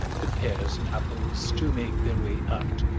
the pears and apples do make their way out,